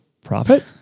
profit